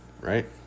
right